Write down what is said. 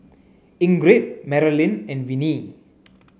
Ingrid Maralyn and Viney